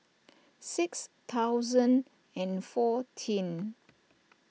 six thousand and fourteen